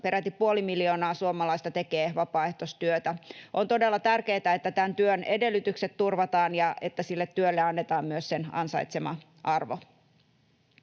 Peräti puoli miljoonaa suomalaista tekee vapaaehtoistyötä. On todella tärkeätä, että tämän työn edellytykset turvataan ja että sille työlle annetaan myös sen ansaitsema arvo.